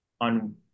on